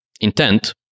intent